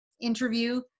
interview